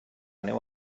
neu